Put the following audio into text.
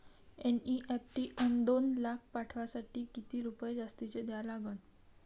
NEFT न दोन लाख पाठवासाठी किती रुपये जास्तचे द्या लागन?